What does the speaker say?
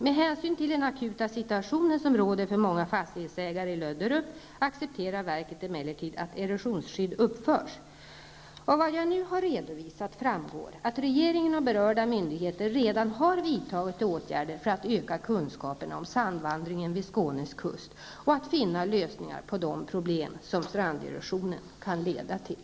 Med hänsyn till den akuta situationen som råder för många fastighetsägare i Löderup accepterar verket emellertid att erosionsskydd uppförs. Av vad jag nu har redovisat framgår att regeringen och berörda myndigheter redan har vidtagit åtgärder för att öka kunskapen om sandvandringen vid Skånes kust och att finna lösningar på de problem som stranderosionen kan leda till.